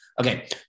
Okay